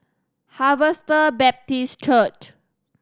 Harvester Baptist Church